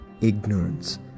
ignorance